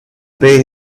pay